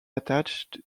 attached